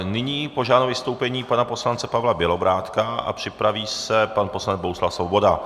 Nyní požádám o vystoupení pana poslance Pavla Bělobrádka a připraví se pan poslanec Bohuslav Svoboda.